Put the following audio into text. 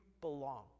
belong